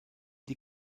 die